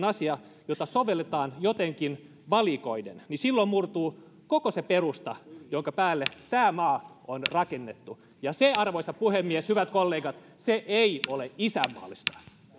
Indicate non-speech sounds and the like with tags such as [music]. [unintelligible] asia jota sovelletaan jotenkin valikoiden niin silloin murtuu koko se perusta jonka päälle tämä maa on rakennettu ja se arvoisa puhemies hyvät kollegat ei ole isänmaallista